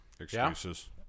Excuses